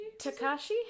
Takashi